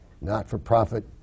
not-for-profit